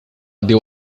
deu